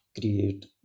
create